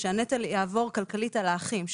שהנטל יעבור כלכלית על האחים,